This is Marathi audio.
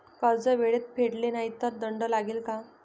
कर्ज वेळेत फेडले नाही तर दंड लागेल का?